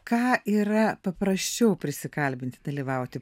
ką yra paprasčiau prisikalbinti dalyvauti